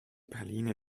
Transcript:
pauline